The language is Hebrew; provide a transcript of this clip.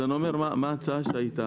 אז אני אומר מה ההצעה שהייתה,